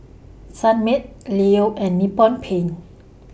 Sunmaid Leo and Nippon Paint